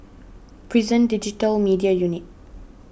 Prison Digital Media Unit